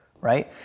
right